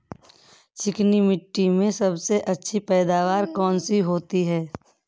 चिकनी मिट्टी में सबसे अच्छी पैदावार कौन सी होती हैं?